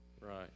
right